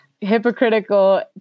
hypocritical